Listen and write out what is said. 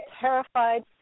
terrified